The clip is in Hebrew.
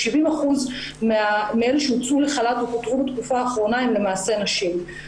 ש-70% מאלו שהוצאו לחל"ת או פוטרו בתקופה האחרונה הן למעשה נשים.